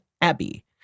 Abbey